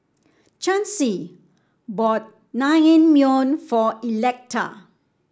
Chancy bought Naengmyeon for Electa